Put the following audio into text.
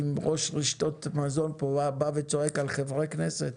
אם ראש רשתות מזון בא וצועק פה על חברי כנסת,